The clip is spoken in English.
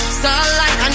starlight